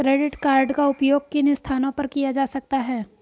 Credit card का उपयोग किन स्थानों पर किया जा सकता है?